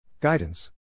Guidance